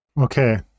Okay